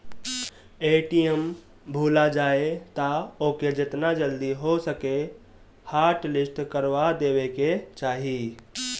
ATM भूला जाए तअ ओके जेतना जल्दी हो सके हॉटलिस्ट करवा देवे के चाही